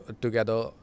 together